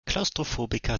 klaustrophobiker